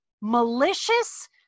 malicious